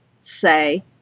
say